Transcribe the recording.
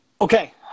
Okay